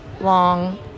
long